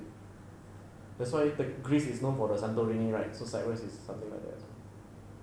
that's why greece is known for the santorini right so cyprus is something like that